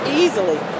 easily